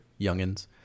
youngins